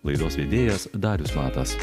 laidos vedėjas darius matas